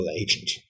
agent